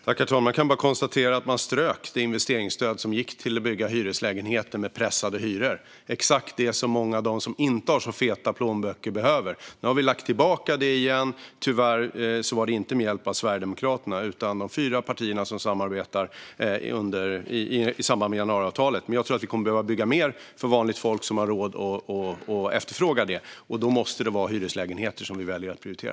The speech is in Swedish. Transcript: Herr talman! Jag kan bara konstatera att man strök det investeringsstöd som gick till att bygga hyreslägenheter med pressade hyror, exakt det som många av dem som inte har så feta plånböcker behöver. Nu har vi lagt tillbaka det igen. Tyvärr gjordes det inte med hjälp av Sverigedemokraterna, utan av de fyra partier som samarbetar i samband med januariavtalet. Men jag tror att vi kommer att behöva bygga mer som vanligt folk har råd att efterfråga. Då måste det vara hyreslägenheter som vi väljer att prioritera.